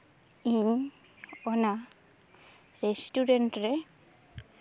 ᱤᱧ ᱚᱱᱟ ᱨᱮᱥᱴᱩᱨᱮᱱᱴ ᱨᱮ